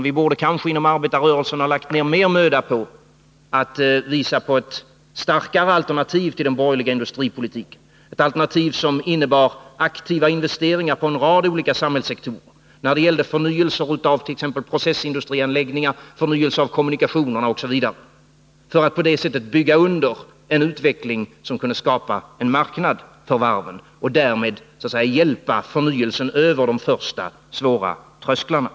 Vi borde kanske inom arbetarrörelsen ha lagt ned mer möda på att visa på ett starkare alternativ till den borgerliga industripolitiken, ett alternativ som innebär aktiva investeringar på en rad olika samhällssektorer — förnyelse av processindustrianläggningar, förnyelse av kommunikationer osv. — för att på det sättet bygga under en utveckling som kunde skapa en marknad för varven och därmed hjälpa förnyelsen över de första svåra trösklarna.